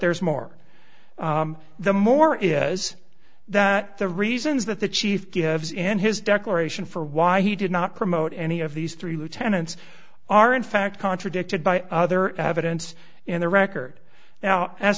there's more the more is that the reasons that the chief gives in his declaration for why he did not promote any of these three lieutenants are in fact contradicted by other evidence in the record now as